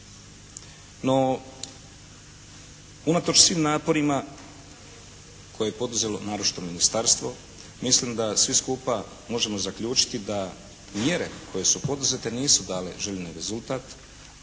No, unatoč svim naporima koje je poduzelo naročito ministarstvo mislim da svi skupa možemo zaključiti da mjere koje su poduzete nisu dale željeni rezultat,